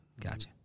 Gotcha